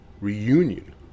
reunion